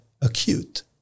acute